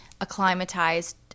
acclimatized